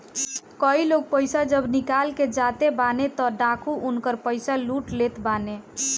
कई लोग पईसा जब निकाल के जाते बाने तअ डाकू उनकर पईसा लूट लेत बाने